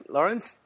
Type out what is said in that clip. Lawrence